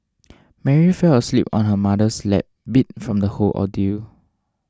Mary fell asleep on her mother's lap beat from the whole ordeal